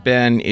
Ben